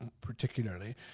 particularly